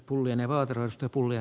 arvoisa puhemies